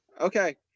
Okay